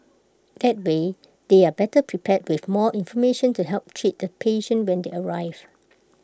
that way they are better prepared with more information to help treat the patient when they arrive